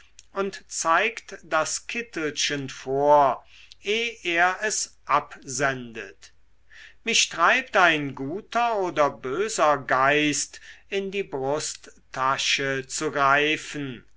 und zeigt das kittelchen vor eh er es absendet mich treibt ein guter oder böser geist in die brusttasche zu greifen